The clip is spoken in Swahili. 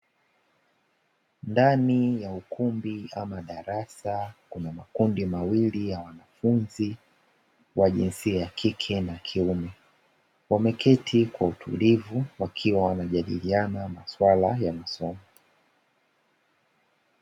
Ndani ya ukumbi ama darasa, kuna makundi mawili ya wanafunzi wa jinsia ya kike na kiume, wameketi kwa utulivu wakiwa wanajadiliana masuala ya masomo.